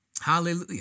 Hallelujah